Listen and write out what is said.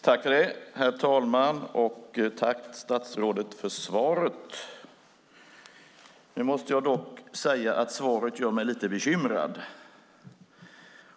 Herr talman! Tack, statsrådet, för svaret! Jag måste dock säga att svaret gör mig lite bekymrad.